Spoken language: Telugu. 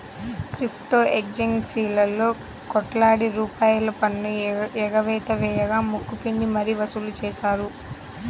క్రిప్టో ఎక్స్చేంజీలలో కోట్లాది రూపాయల పన్ను ఎగవేత వేయగా ముక్కు పిండి మరీ వసూలు చేశారు